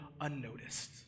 unnoticed